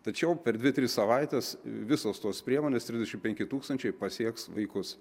tačiau per dvi tris savaites visos tos priemonės trisdešimt penki tūkstančiai pasieks vaikus